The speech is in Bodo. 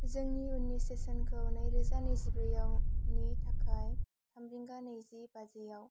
जोंनि उननि सेसनखौ नैरोजा नैजिब्रैआवनि थाखाय थाम रिंगा नैजि बाजिआव